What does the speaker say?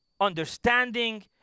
understanding